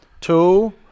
Two